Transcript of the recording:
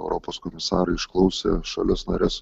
europos komisarai išklausė šalis nares